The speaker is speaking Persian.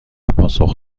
پاسخ